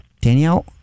Danielle